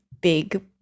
big